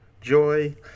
joy